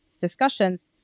discussions